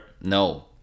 no